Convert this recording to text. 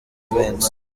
vincent